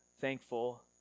thankful